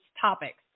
topics